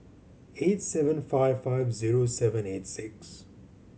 eight seven five five zero seven eight six